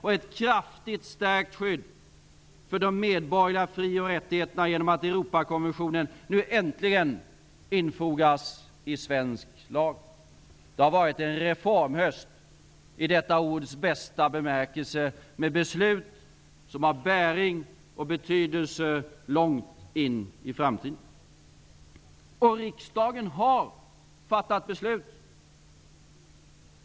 Skyddet för de medborgerliga fri och rättigheterna har kraftigt stärkts genom att Europakonventionen nu äntligen infogas i svensk lag. Det har varit en reformhöst i detta ords bästa bemärkelse, med beslut som får bäring och betydelse långt in i framtiden. Riksdagen har fattat beslut.